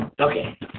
Okay